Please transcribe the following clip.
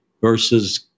versus